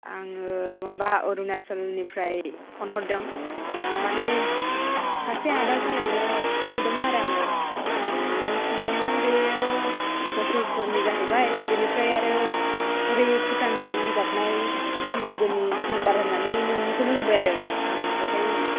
आङो माबा अरुनाचलनिफ्राय फन हरदों माने सासे आदा जानायनो फन हरदोंमोनआरो आं ओ बेनाव सोंदोंमोन बेयो मसलपुरनि जाहैबाय बेनिफ्राय आरो हरै भुटानजों नांजाबनाय लोगोनि नाम्बार होननानै नोंनिखोनो होबाय आरो आं बेहाय